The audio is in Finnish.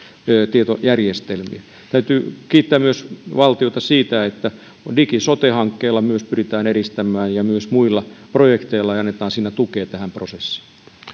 tietojärjestelmiä täytyy kiittää myös valtiota siitä että myös sotedigi hankkeella pyritään edistämään tätä ja myös muilla projekteilla ja annetaan siten tukea tähän prosessiin